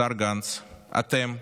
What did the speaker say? השר גנץ, אתם,